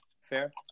Fair